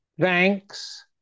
thanks